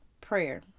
prayer